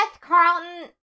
Carlton